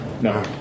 No